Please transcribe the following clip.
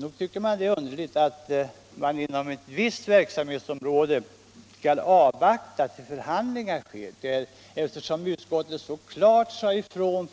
Nog förefaller det underligt att man inom ett visst verksamhetsområde skall avvakta att förhandlingar sker, eftersom utskottet förra året så klart sade ifrån